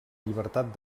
llibertat